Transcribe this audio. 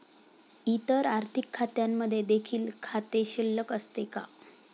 इतर आर्थिक खात्यांमध्ये देखील खाते शिल्लक असते का?